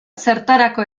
zertarako